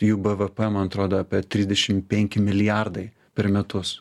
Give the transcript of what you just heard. jų bvp man atrodo apie trisdešim penki milijardai per metus